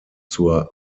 zur